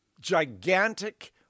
gigantic